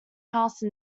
house